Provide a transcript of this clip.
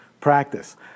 practice